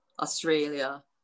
Australia